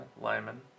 Lyman